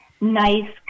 nice